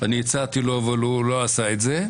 אני הצעתי לו, אבל הוא לא עשה את זה.